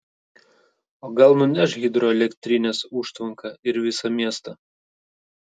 o gal nuneš hidroelektrinės užtvanką ir visą miestą